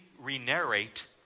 re-narrate